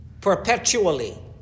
perpetually